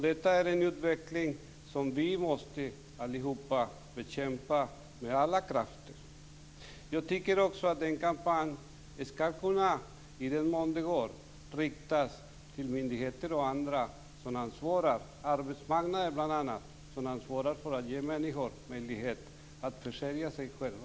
Detta är en utveckling som vi allihop måste bekämpa med alla krafter. Jag tycker också att en kampanj, i den mån det går, skall kunna riktas till myndigheter och andra inom bl.a. arbetsmarknaden som ansvarar för att ge människor möjlighet att försörja sig själva.